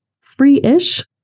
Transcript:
free-ish